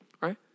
Right